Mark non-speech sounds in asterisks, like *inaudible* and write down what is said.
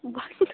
*unintelligible*